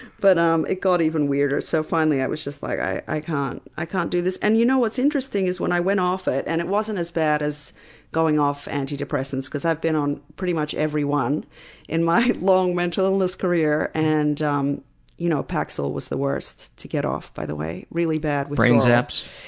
but um it got even weirder, so finally i was just like, i i can't. i can't do this. and you know what's interesting is when i went off it, and it wasn't as bad as going off antidepressants, because i've been on pretty much every one in my long mental history career. and um you know paxil was the worst to get off, by the way. really bad. brain zaps?